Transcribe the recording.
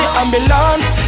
ambulance